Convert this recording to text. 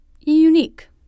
unique